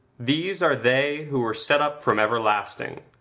these are they who were set up from everlasting,